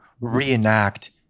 reenact